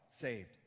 saved